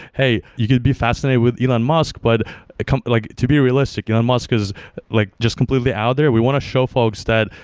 hey, you could be fascinated with elon musk. but like to be realistic, elon musk is like just completely out there. we want to show folks that,